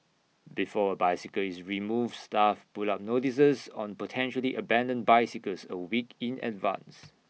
before A bicycle is removed staff put up notices on potentially abandoned bicycles A week in advance